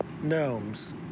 gnomes